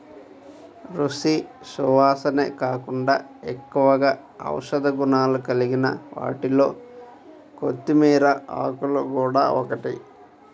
రుచి, సువాసనే కాకుండా ఎక్కువగా ఔషధ గుణాలు కలిగిన వాటిలో కొత్తిమీర ఆకులు గూడా ఒకటి